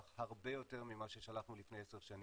הרבה יותר ממה ששלחנו לפני עשר שנים.